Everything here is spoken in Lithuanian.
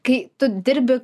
kai tu dirbi